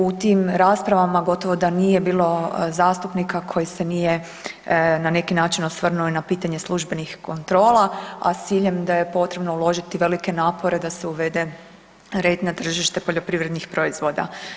U tim raspravama, gotovo da nije bilo zastupnika koji se nije na neki način osvrnuo na pitanje službenih kontrola a s ciljem da je potrebno uložiti velike napore da se uvede red na tržište poljoprivrednih proizvoda.